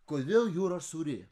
kodėl jūra sūri